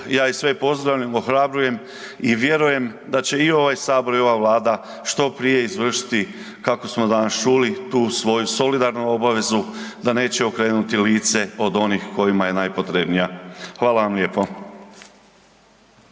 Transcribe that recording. ja ih sve pozdravljam, ohrabrujem i vjerujem da će i ovaj sabor i ova Vlada što prije izvršiti kako smo danas čuli tu svoju solidarnu obavezu, da neće okrenuti lice od onih kojima je najpotrebnija. Hvala vam lijepo.